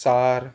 चार